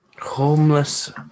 Homeless